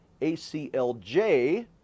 ACLJ